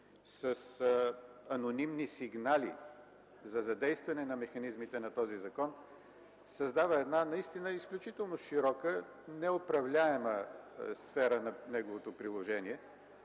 с анонимни сигнали за задействане на механизмите на този закон, създава една наистина широка, неуправляема сфера на неговото приложение